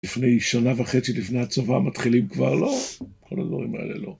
לפני שנה וחצי, לפני הצבא, מתחילים כבר, לא, כל הדברים האלה לא.